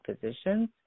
physicians